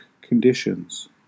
conditions